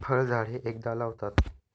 फळझाडे एकदा लावतात